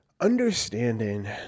understanding